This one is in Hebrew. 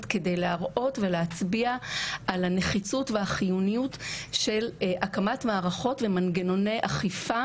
כדי להראות ולהצביע על הנחיצות והחיוניות של הקמת מערכות למנגנוני אכיפה